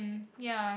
ya